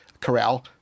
corral